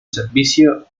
servicio